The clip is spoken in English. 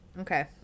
Okay